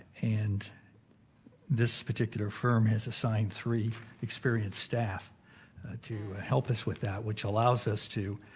and this particular firm has assigned three experienced staff to help us with that which allows us to